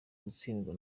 gutsindwa